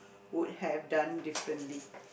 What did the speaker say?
would have done differently